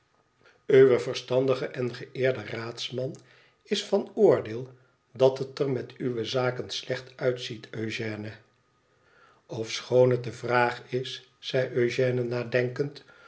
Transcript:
uw verstandige en geëerde raadsman is van oordeel dat het er met uwe zaken slecht uitziet eugène ofschoon het de vraag is zei eugène nadenkend